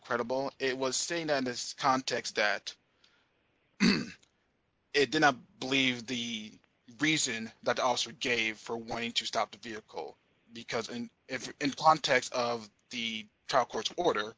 credible it was saying that in this context that it did not believe the reason that i also gave for wanting to stop the vehicle because context of the court's order